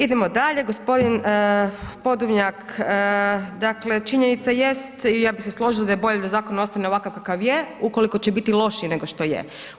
Idemo dalje, gospodin Podolnjak dakle činjenica jest i ja bi se složila da je bolje da zakon ostane ovakav kakav je, ukoliko će biti lošiji nego što je.